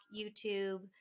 YouTube